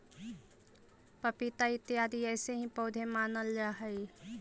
पपीता इत्यादि ऐसे ही पौधे मानल जा हई